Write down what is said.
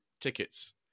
tickets